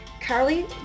Carly